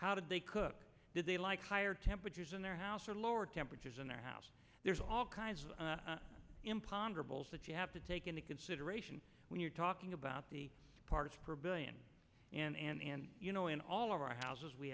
how did they cook did they like higher temperatures in their house or lower temperatures in their house there's all kinds of imponderables that you have to take into consideration when you're talking about the parts per billion and you know in all of our houses we